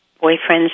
boyfriend's